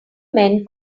men